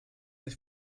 sich